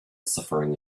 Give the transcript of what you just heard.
suffering